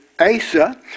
Asa